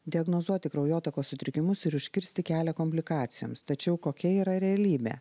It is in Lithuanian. diagnozuoti kraujotakos sutrikimus ir užkirsti kelią komplikacijoms tačiau kokia yra realybė